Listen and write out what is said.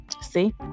See